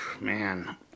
man